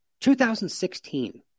2016